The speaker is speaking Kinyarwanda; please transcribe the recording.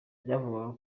byavugwaga